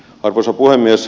arvoisa puhemies